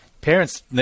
parents